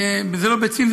אלו לא ביצים,